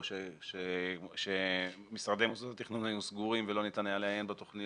או שמשרדי מוסדות התכנון היו סגורים ולא ניתן היה לעיין בתוכניות